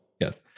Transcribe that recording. yes